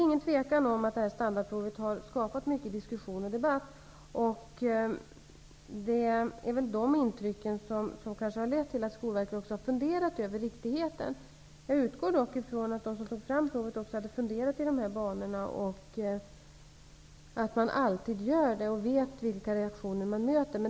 Utan tvivel har detta standarprov skapat mycket diskussion och debatt. De intrycken har kanske också lett till att Skolverket har funderat över riktigheten. Jag utgår dock ifrån att de som utarbetat provet också funderat i dessa banor, och att man alltid förutser vilka reaktioner man kan möta.